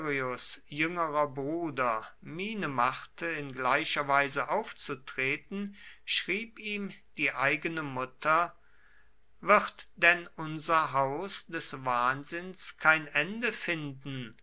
jüngerer bruder miene machte in gleicher weise aufzutreten schrieb ihm die eigene mutter wird denn unser haus des wahnsinns kein ende finden